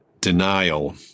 denial